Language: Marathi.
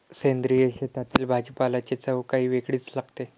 सेंद्रिय शेतातील भाजीपाल्याची चव काही वेगळीच लागते